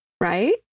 right